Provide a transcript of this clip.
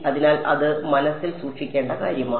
അതിനാൽ അത് മനസ്സിൽ സൂക്ഷിക്കേണ്ട കാര്യമാണ്